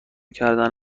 کردن